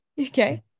Okay